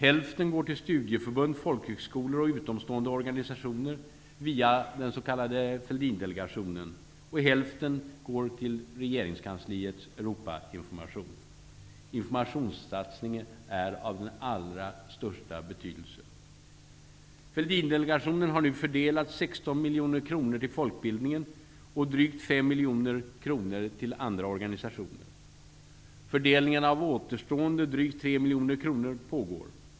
Hälften går till studieförbund, folkhögskolor och utomstående organisationer via den s.k. Fälldindelegationen, och hälften går till regeringskansliets Europainformation. Informationssatsningen är av allra största betydelse. Fälldindelegationen har nu fördelat 16 miljoner kronor till folkbildningen och drygt 5 miljoner kronor till andra organisationer. Fördelning av återstående drygt 3 miljoner kronor pågår.